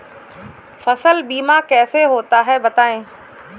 फसल बीमा कैसे होता है बताएँ?